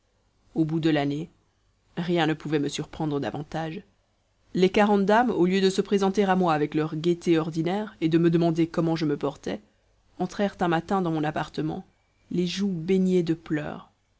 au bout de l'année rien ne pouvait me surprendre davantage les quarante dames au lieu de se présenter à moi avec leur gaieté ordinaire et de me demander comment je me portais entrèrent un matin dans mon appartement les joues baignées de pleurs